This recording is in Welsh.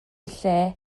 lle